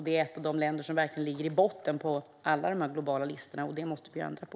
Det är ett av de länder som ligger i botten på alla globala listor, och det måste vi ändra på.